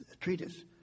treatise